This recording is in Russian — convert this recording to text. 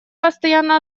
постоянно